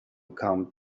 come